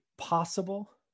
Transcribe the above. Possible